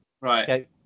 right